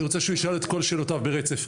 אני רוצה שהוא ישאל את כל שאלותיו ברצף.